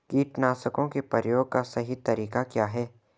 कीटनाशकों के प्रयोग का सही तरीका क्या है?